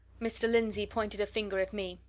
mr. lindsey pointed a finger at me.